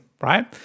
right